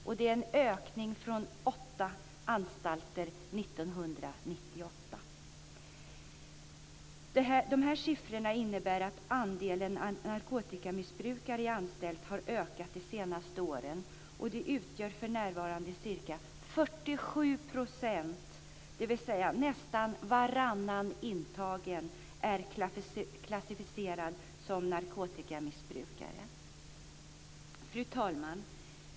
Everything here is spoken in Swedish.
Det är en ökning från 8 anstalter 1998. De här siffrorna innebär att andelen narkotikamissbrukare i anstalt har ökat de senaste åren. De utgör för närvarande ca 47 %, dvs. nästan varannan intagen är klassificerad som narkotikamissbrukare. Fru talman!